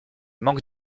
manques